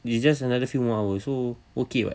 it's just another few more hours so okay [what]